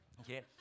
Okay